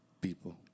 people